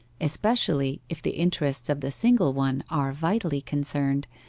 especially if the interests of the single one are vitally concerned,